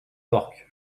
orques